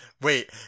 Wait